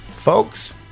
Folks